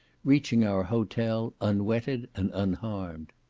reaching our hotel unwetted and unharmed.